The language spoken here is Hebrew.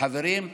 חברים,